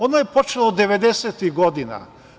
Ono je počelo 90-tih godina.